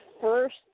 first